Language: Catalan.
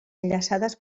enllaçades